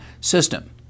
System